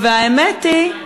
האמת היא,